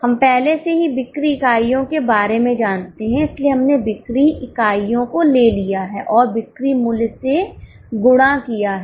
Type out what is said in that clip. हम पहले से ही बिक्री इकाइयों के बारे में जानते हैं इसलिए हमने बिक्री इकाइयों को ले लिया है और बिक्री मूल्य से गुणा किया है